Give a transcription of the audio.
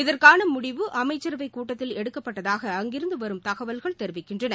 இதற்கான முடிவு அமைச்சரவை கூட்டத்தில் எடுக்கப்பட்டதாக அங்கிருந்து வரும் தகவல்கள் தெரிவிக்கின்றன